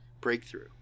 breakthrough